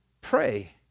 pray